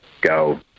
go